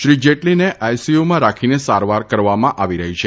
શ્રી જેટલીને આઇસીયુમાં રાખીને સારવાર કરવામાં આવી રહી છે